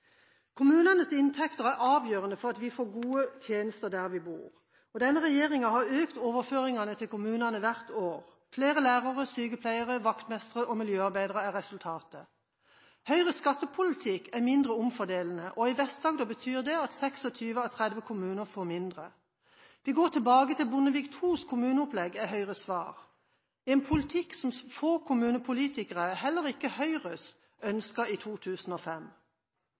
Kommunenes inntekter er avgjørende for å få gode tjenester der vi bor. Denne regjeringen har økt overføringene til kommunene hvert år. Flere lærere, sykepleiere, vaktmestre og miljøarbeidere er resultatet. Høyres skattepolitikk er mindre omfordelende, og i Vest-Agder betyr det at 26 av 30 kommuner får mindre. Vi går tilbake til Bondevik IIs kommuneopplegg, er Høyres svar – en politikk som få kommunepolitikere, heller ikke Høyres, ønsket i 2005.